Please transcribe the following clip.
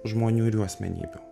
žmoniųir jų asmenybių